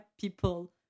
people